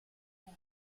不明